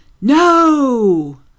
No